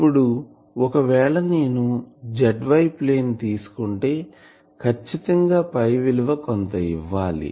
ఇప్పుడు ఒకవేళ నేను zy ప్లేన్ తీసుకుంటే ఖచ్చితంగా విలువ కొంత ఇవ్వాలి